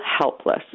helpless